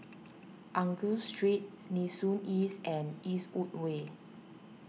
Angus Street Nee Soon East and Eastwood Way